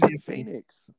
Phoenix